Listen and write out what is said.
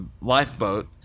lifeboat